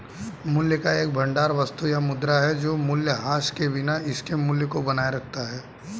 मूल्य का एक भंडार वस्तु या मुद्रा है जो मूल्यह्रास के बिना इसके मूल्य को बनाए रखता है